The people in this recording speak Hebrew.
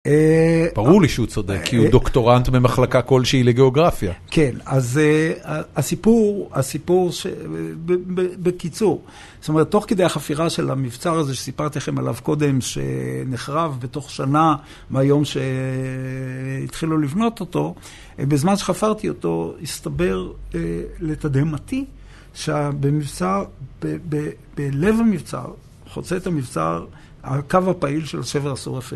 ברור לי שהוא צודק, כי הוא דוקטורנט במחלקה כלשהי לגיאוגרפיה. כן, אז הסיפור, הסיפור ש... בקיצור, זאת אומרת, תוך כדי החפירה של המבצר הזה, שסיפרתי לכם עליו קודם, שנחרב בתוך שנה מהיום שהתחילו לבנות אותו, בזמן שחפרתי אותו, הסתבר לתדהמתי שבמבצר, בלב המבצר, חוצה את המבצר, הקו הפעיל של השבר הסורי אפריקאי.